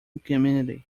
community